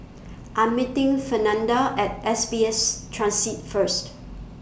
I Am meeting Fernanda At S B S Transit First